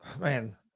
man